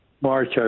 March